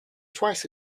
twice